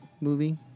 movie